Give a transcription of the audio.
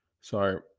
sorry